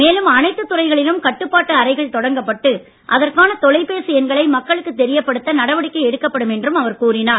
மேலும் அனைத்து துறைகளிலும் கட்டுப்பாட்டு அறைகள் தொடங்கப்பட்டு அதற்கான தொலைபேசி எண்களை மக்களுக்குத் தெரியப்படுத்த நடவடிக்கை எடுக்கப்படும் என்றார்